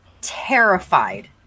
terrified